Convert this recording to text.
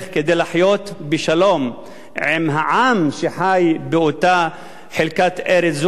לחיות בשלום עם העם שחי באותה חלקת ארץ,